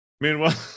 Meanwhile